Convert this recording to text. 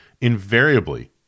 Invariably